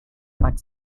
but